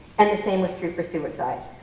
and the same is true for suicide.